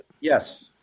Yes